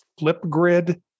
Flipgrid